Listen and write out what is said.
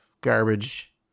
garbage